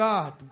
God